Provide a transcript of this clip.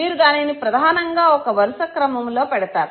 మీరు దానిని ప్రధానంగా ఒక వరుస క్రమములో పెడతారు